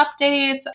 updates